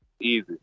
Easy